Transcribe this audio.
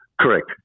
Correct